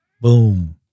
Boom